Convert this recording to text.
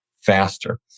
faster